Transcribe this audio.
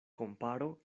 komparo